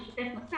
איך לשתף מסך.